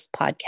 podcast